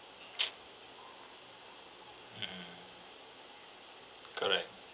mmhmm correct